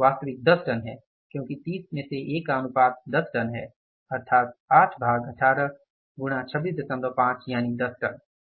वास्तविक 10 टन है क्योंकि 30 में से ए का अनुपात 10 टन है अर्थात 8 भाग 18 गुणा 265 यानी 10 टन